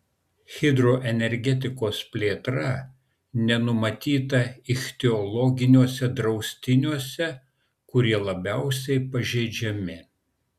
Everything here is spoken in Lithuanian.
hidroenergetikos plėtra nenumatyta ichtiologiniuose draustiniuose kurie labiausiai pažeidžiami